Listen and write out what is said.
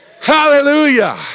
Hallelujah